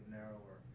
narrower